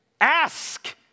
Ask